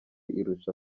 irusha